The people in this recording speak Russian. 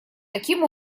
таким